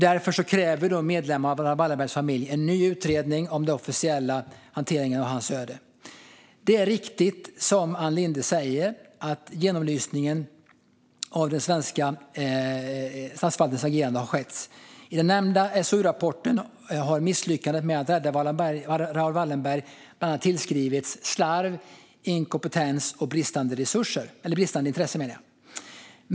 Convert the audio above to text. Därför kräver medlemmarna av Raoul Wallenbergs familj en ny utredning om den officiella hanteringen av hans öde. Det är riktigt, som Ann Linde säger, att en genomlysning av den svenska statsförvaltningens agerande har skett. Enligt den nämnda SOU-rapporten har misslyckandet med att rädda Raoul Wallenberg bland annat tillskrivits slarv, inkompetens och bristande intresse.